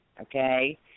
okay